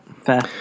fair